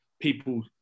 people